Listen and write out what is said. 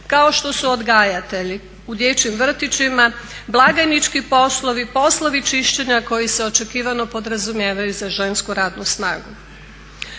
kao što su odgajatelji u dječjim vrtićima, blagajnički poslovi, poslovi čišćenja koji se očekivano podrazumijevaju za žensku radnu snagu.